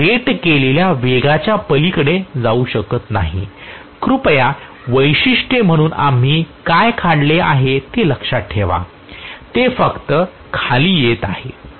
मी rate केलेल्या वेगाच्या पलीकडे जाऊ शकत नाही कृपया वैशिष्ट्ये म्हणून आम्ही काय काढले आहे ते लक्षात ठेवा ते फक्त खाली येत आहे